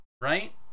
right